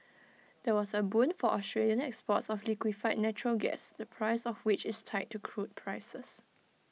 that was A boon for Australian exports of liquefied natural gas the price of which is tied to crude prices